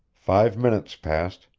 five minutes passed,